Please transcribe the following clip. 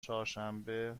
چهارشنبه